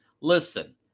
listen